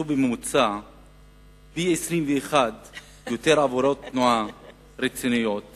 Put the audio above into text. ביצעו בממוצע פי-21 עבירות תנועה רציניות